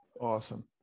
Awesome